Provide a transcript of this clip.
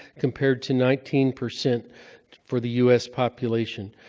compared to nineteen percent for the u s. population.